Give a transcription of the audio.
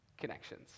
connections